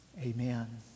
Amen